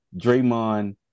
Draymond